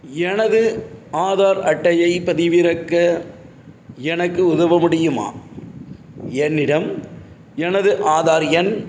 எனது ஆதார் அட்டையைப் பதிவிறக்க எனக்கு உதவ முடியுமா என்னிடம் எனது ஆதார் எண்